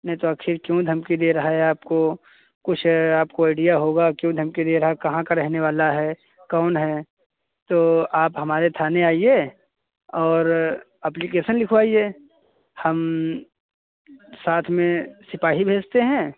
नहीं तो आखिर क्यों धमकी दे रहा है आपको कुछ आपको आइडिया होगा क्यों धमकी दे रहा है कहां का रहने वाला है कौन है तो आप हमारे थाने आईए और एप्लीकेसन लिखवाइए हम साथ में सिपाही भेजते हैं